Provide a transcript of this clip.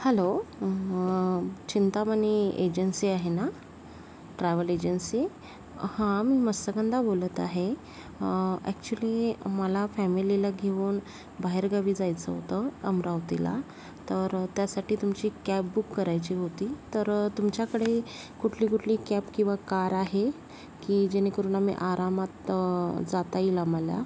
hello Chintamani agency आहे ना travel agency हा मी मत्स्यगंधा बोलत आहे ॲक्च्युली मला फॅमिलीला घेऊन बाहेरगावी जायचं होतं अमरावतीला तर त्यासाठी तुमची कॅब बुक करायची होती तर तुमच्याकडे कुठली कुठली कॅब किंवा कार आहे की जेणेकरून आम्ही आरामात जाता येईल आम्हाला